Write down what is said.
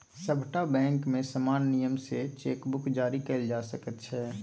सभटा बैंकमे समान नियम सँ चेक बुक जारी कएल जा सकैत छै